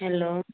hello